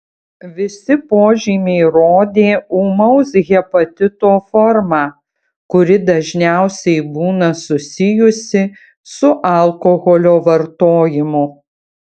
visi požymiai rodė ūmaus hepatito formą kuri dažniausiai būna susijusi su alkoholio vartojimu